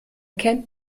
kennt